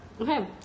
Okay